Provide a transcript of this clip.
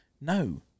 no